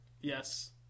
Yes